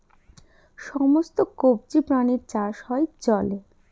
সমস্ত কবজি প্রাণীর চাষ হয় জলে